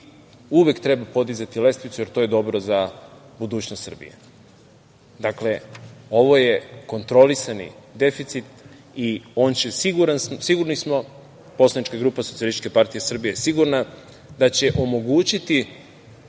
uvek treba podizati lestvicu, jer to je dobro za budućnost Srbije. Ovo je kontrolisani deficit i on će, sigurni smo, poslanička grupa Socijalističke partije Srbije je sigurna da će omogućiti